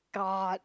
god